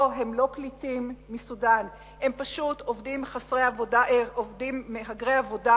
לא, הם לא פליטים מסודן, הם פשוט מהגרי עבודה